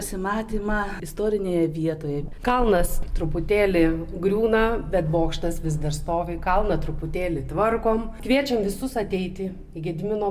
pasimatymą istorinėje vietoje kalnas truputėlį griūna bet bokštas vis dar stovi kalną truputėlį tvarkom kviečiam visus ateiti į gedimino